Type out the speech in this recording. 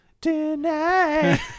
tonight